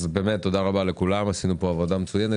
תודה רבה לכולם, ועשינו עבודה מצוינת.